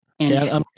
Okay